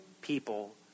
people